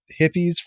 hippies